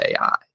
AI